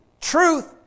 Truth